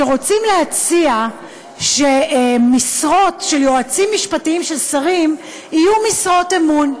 שרוצים להציע שמשרות של יועצים משפטיים של שרים יהיו משרות אמון.